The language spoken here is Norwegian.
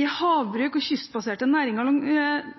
i havbruk og kystbaserte næringer